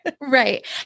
Right